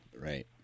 right